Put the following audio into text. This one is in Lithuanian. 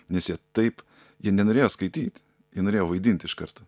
nes jie taip jie nenorėjo skaityt jie norėjo vaidint iš karto